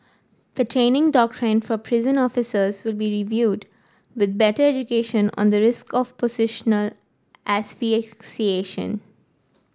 the training doctrine for prison officers will be reviewed with better education on the risk of positional asphyxiation